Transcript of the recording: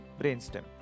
brainstem